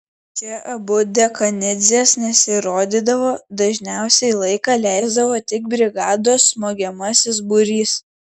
čia abu dekanidzės nesirodydavo dažniausiai laiką leisdavo tik brigados smogiamasis būrys